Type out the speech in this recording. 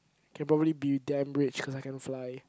can probably be damn rich cause I can fly